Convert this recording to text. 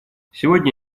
сегодня